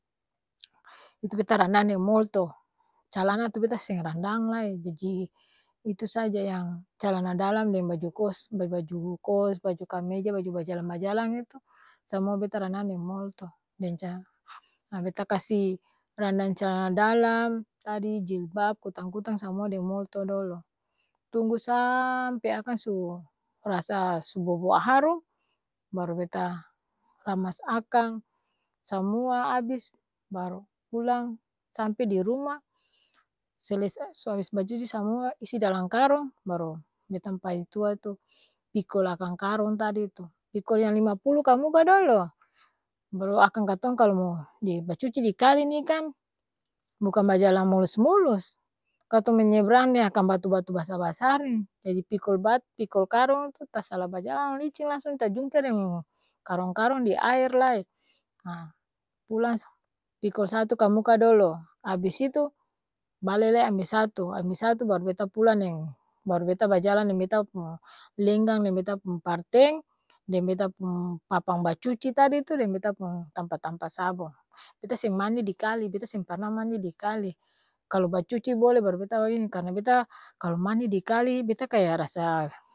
itu beta randang deng molto, calana tu beta seng randang lai, jaji itu saja yang calana dalam deng baju kos, ba baju kos, baju kameja, baju bajalang-bajalang itu, samua beta randam deng molto, deng ca ha beta kasi randang calana dalam tadi, jilbab, kutang-kutang samua deng molto dolo, tunggu saaampe akang su rasa su bobou harum, baru beta ramas akang samua abis baru pulang sampe di ruma selesai su abis bacuci samua isi dalang karong, baru beta pung paitua tu pikol akang karong tadi tu, pikol yang lima pulu kamuka dolo baru akang katong mo di bacuci di kali ni kan bukan bajalang mulus-mulus, katong menyebrang deng akang batu-batu basar-basar ini, jaji pikol bat pikol karong tu tasala bajalang licing langsung tajungker deng karong-karong di aer lai, haa pulang pikol satu kamuka dolo, abis itu bale lai ambe satu, ambe satu baru beta pulang deng baru beta bajalang deng beta pung lenggang deng beta pung parteng! Deng beta pung papang bacuci tadi tu, deng beta pung tampa-tampa sabong, beta seng mandi di kali, beta seng parna mandi di kali, kalo bacuci bole baru beta ini, karna beta kalo mandi di kali beta kaya rasa.